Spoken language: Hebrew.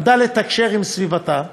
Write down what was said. למדה לתקשר עם סביבתה.